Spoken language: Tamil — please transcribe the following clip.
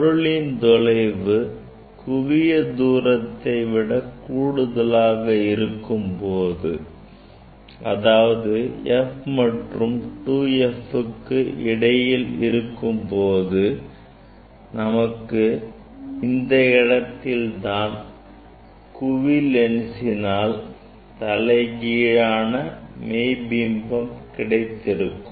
பொருளின் தொலைவு குவியத்தூரத்தை விட கூடுதலாக இருக்கும்போது அதாவது f மற்றும் 2fக்கு இடையில் இருக்கும்போது நமக்கு இந்த இடத்தில் குவி லென்ஸினால் தலைகீழான மெய்பிம்பம் கிடைத்திருக்கும்